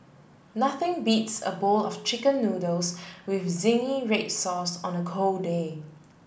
nothing beats a bowl of chicken noodles with zingy red sauce on a cold day